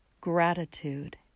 Gratitude